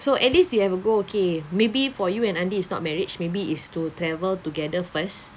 so at least you have a goal okay maybe for you and Andy it's not marriage maybe it's to travel together first